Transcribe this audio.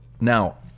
Now